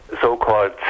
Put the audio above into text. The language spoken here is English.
so-called